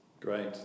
Great